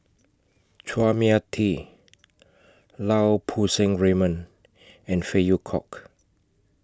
Chua Mia Tee Lau Poo Seng Raymond and Phey Yew Kok